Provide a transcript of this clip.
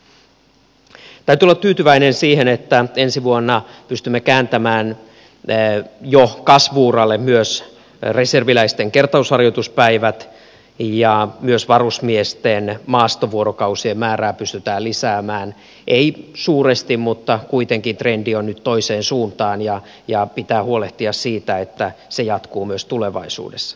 täytyy olla tyytyväinen siihen että ensi vuonna pystymme kääntämään jo kasvu uralle reserviläisten kertausharjoituspäivät ja myös varusmiesten maastovuorokausien määrää pystytään lisäämään ei suuresti mutta kuitenkin trendi on nyt toiseen suuntaan ja pitää huolehtia siitä että se jatkuu myös tulevaisuudessa